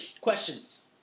Questions